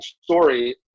story